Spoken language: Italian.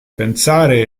pensare